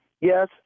yes